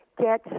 get